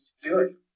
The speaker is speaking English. security